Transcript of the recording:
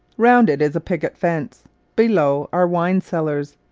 round it is a picket fence below are wine cellars.